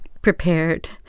prepared